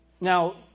Now